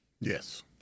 Yes